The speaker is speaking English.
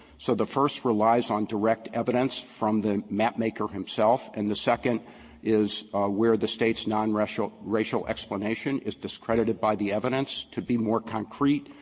so the first relies on direct evidence from the mapmaker himself, and the second is where the state's nonracial so explanation is discredited by the evidence to be more concrete.